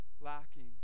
lacking